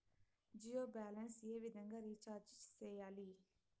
Jio balance ఏ విధంగా recharge సేయాలి?